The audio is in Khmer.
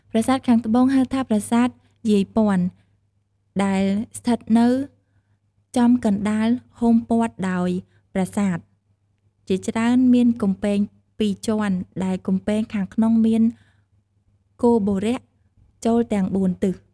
ប្រាសាទខាងត្បូង ហៅថា ប្រាសាទយាយព័ន្ធ ដែលស្ថិតនៅចំកណ្តាលហ៊ុំព័ទ្ធដោយប្រាសាទ ជាច្រើន មានកំពែងពីរជាន់ ដែលកំពែងខាងក្នុងមាន គោបុរៈ ចូលទាំងបួនទិស។